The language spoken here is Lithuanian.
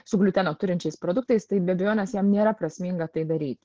su gliuteno turinčiais produktais tai be abejonės jam nėra prasminga tai daryt